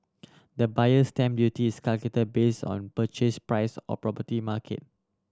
the Buyer's Stamp Duty is calculated based on purchase price or property market